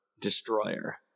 destroyer